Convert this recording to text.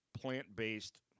plant-based